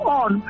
on